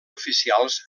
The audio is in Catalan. oficials